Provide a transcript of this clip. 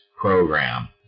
program